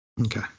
Okay